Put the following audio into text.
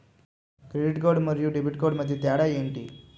Credit card మరియు debit card మధ్య తేడా ఎంటి?